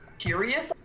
curious